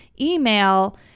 email